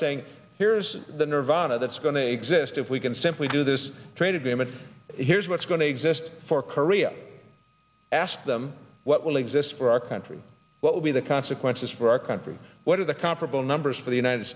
saying here's the nirvana that's going to exist if we can simply do this trade agreement here's what's going to exist for korea ask them what will exist for our country what will be the consequences for our country what are the comparable numbers for the united